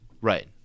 right